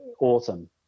autumn